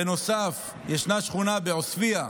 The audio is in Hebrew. בנוסף, ישנה שכונה בעוספיא,